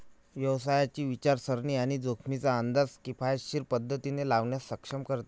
व्यवसायाची विचारसरणी आणि जोखमींचा अंदाज किफायतशीर पद्धतीने लावण्यास सक्षम करते